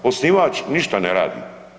Osnivač ništa ne radi.